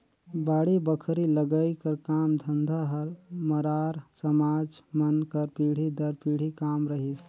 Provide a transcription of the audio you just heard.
बाड़ी बखरी लगई कर काम धंधा हर मरार समाज मन कर पीढ़ी दर पीढ़ी काम रहिस